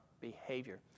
behavior